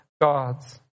God's